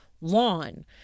lawn